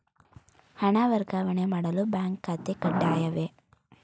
ಹಣ ವರ್ಗಾವಣೆ ಮಾಡಲು ಬ್ಯಾಂಕ್ ಖಾತೆ ಕಡ್ಡಾಯವೇ?